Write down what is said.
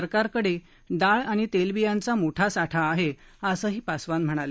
सरकारकडे डाळ आणि तेल बियांचा मोठा साठा आहे असंही पासवान म्हणाले